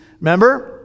remember